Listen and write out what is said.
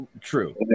True